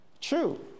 True